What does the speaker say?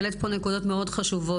העלית פה נקודות מאוד חשובות,